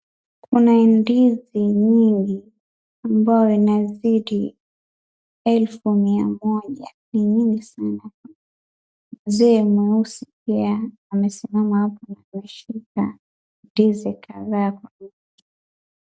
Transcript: Kuna ndizi mingi ambayo inazidi elfu mia moja, ni nyingi sana. Mzee mweusi pia amesimama hapo, ameshika ndizi kadhaa.